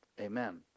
Amen